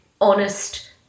honest